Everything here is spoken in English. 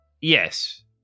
Yes